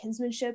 kinsmanship